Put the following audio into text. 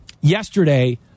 Yesterday